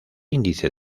índice